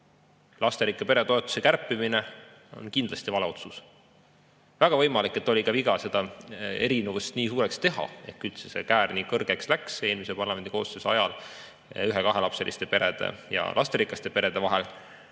Lasterikka pere toetuse kärpimine on kindlasti vale otsus. Väga võimalik, et oli viga ka seda erinevust nii suureks teha, et need käärid üldse nii [suureks] läksid eelmise parlamendikoosseisu ajal ühe- ja kahelapseliste perede ja lasterikaste perede vahel.